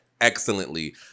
excellently